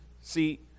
See